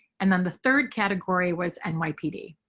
and then the third category was and nypd,